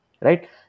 right